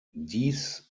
dies